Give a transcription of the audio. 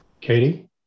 Katie